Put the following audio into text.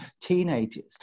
teenagers